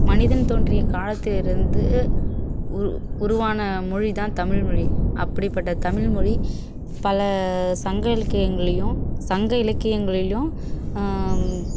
மனிதன் தோன்றிய காலத்தில் இருந்து உரு உருவான மொழி தான் தமிழ்மொழி அப்படிப்பட்ட தமிழ்மொழி பல சங்க இலக்கியங்களையும் சங்க இலக்கியங்களிலும்